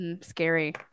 Scary